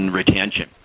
retention